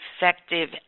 effective